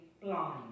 blind